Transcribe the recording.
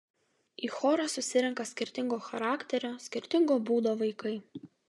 į chorą susirenka skirtingo charakterio skirtingo būdo vaikai